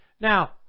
Now